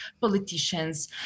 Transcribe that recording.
politicians